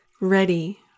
Ready